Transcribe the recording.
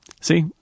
see